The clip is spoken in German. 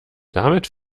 damit